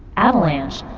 avalanche